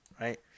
Right